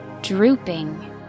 Drooping